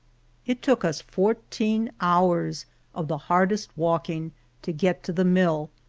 it took us fourteen hours of the hardest walking to get to the mill,